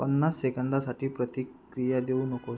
पन्नास सेकंदासाठी प्रतिक्रिया देऊ नकोस